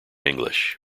english